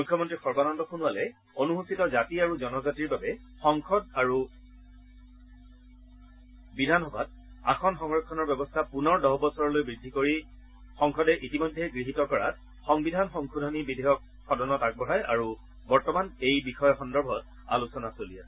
মুখ্যমন্ত্ৰী সৰ্বানন্দ সোণোৱালে অনুসূচিত জাতি আৰু জনজাতিৰ বাবে সংসদ আৰু বিধানসভাত আসন সংৰক্ষণৰ ব্যৱস্থা পুনৰ দহ বছৰলৈ বৃদ্ধি কৰি সংসদে ইতিমধ্যে গৃহীত কৰাত সংবিধান সংশোধনী বিধেয়ক সদনত আগবঢ়ায় আৰু বৰ্তমান এই বিষয়ত আলোচনা চলি আছে